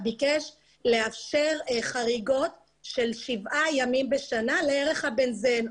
לאשר חריגות של שבעה ימים בשנה לערך ה-בנזן,